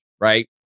right